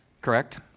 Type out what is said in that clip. Correct